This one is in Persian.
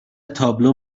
تابلو